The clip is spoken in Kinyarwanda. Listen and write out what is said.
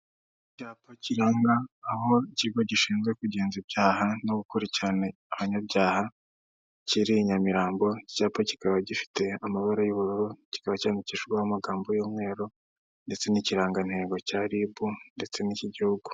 Icyapa kiranga aho ikigo gishinzwe kugenza ibyaha no gukurikirana abanyabyaha kiri i nyamirambo, iki cyapa kikaba gifite amabara y'ubururu kikaba cyandikishishwaho amagambo y'umweru ndetse n'ikirangantego cya rib ndetse n'icy'igihugu.